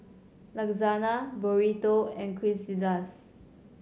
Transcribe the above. Lasagna Burrito and Quesadillas